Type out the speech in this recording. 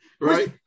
Right